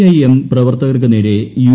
I M പ്രവർത്തകർക്കു നേരെ U